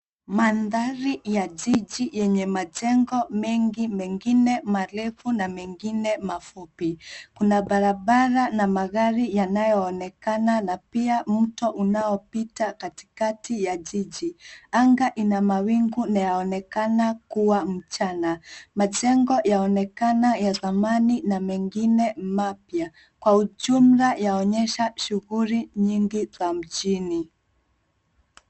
Mandhari ya jiji yenye majengo mengi mengine marefu na mengine mafupi. Kuna barabara na magari yanayoonekana na pia mto unaopita katikati ya jiji. Anga ina mawingu inaonekana kuwa mchana. Majengo yaonekana ya zamani na mengine mapya. Kwa ujumla yaonyesha shughuli nyingi za mjini.